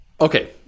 okay